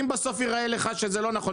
אם בסוף ייראה לך שזה לא נכון,